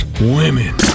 Women